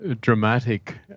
dramatic